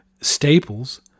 Staples